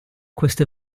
queste